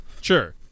Sure